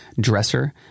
dresser